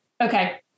okay